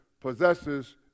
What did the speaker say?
possesses